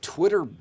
Twitter